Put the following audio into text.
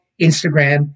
Instagram